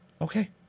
Okay